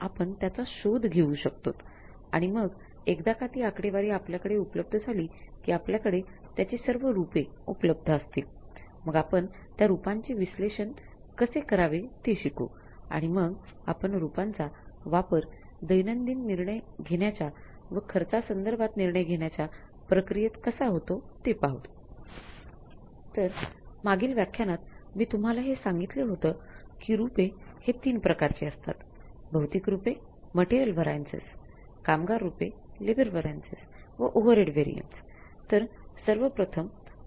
म्हणून या सर्व वैचारिक चर्चेनंतर आता आपण त्याची विविध रूपे वापर दैनंदिन निर्णय घेण्याच्या व खर्चासंदर्भात निर्णय घेण्याच्या प्रक्रियेत कसा होतो हे पाहूत